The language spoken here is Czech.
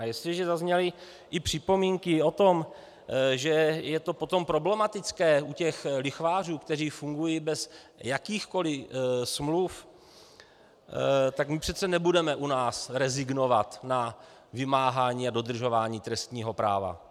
A jestliže zazněly připomínky o tom, že je to potom problematické u lichvářů, kteří fungují bez jakýchkoliv smluv, tak my přece nebudeme u nás rezignovat na vymáhání a dodržování trestního práva.